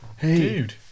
dude